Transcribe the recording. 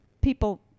people